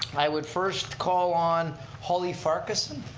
i would first call on holly farquharson.